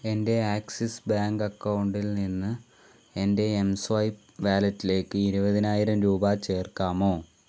എൻ്റെ Axis bank അക്കൗണ്ടിൽ നിന്ന് എൻ്റെ എം സ്വൈപ്പ് വാലറ്റിലേക്ക് ഇരുപതിനായിരം രൂപ ചേർക്കാമോ